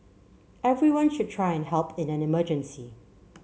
everyone should try to help in an emergency